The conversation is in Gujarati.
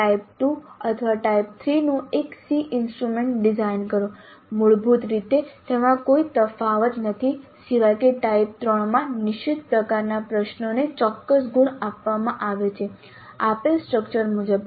ટાઇપ 2 અથવા ટાઇપ 3 નું એક SEE ઇન્સ્ટ્રુમેન્ટ ડિઝાઇન કરો મૂળભૂત રીતે તેમાં કોઇ તફાવત નથી સિવાય કે ટાઇપ ત્રણમાં નિશ્ચિત પ્રકારના પ્રશ્નોને ચોક્કસ ગુણ આપવામાં આવે છે આપેલ સ્ટ્રક્ચર મુજબ